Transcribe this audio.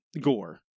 gore